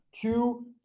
Two